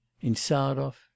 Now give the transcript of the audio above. Insarov